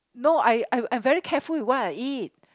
no I I I very careful with what I eat